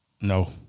No